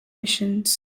missions